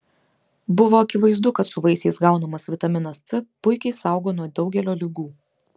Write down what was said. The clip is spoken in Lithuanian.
buvo akivaizdu kad su vaisiais gaunamas vitaminas c puikiai saugo nuo daugelio ligų